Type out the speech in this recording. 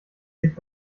sich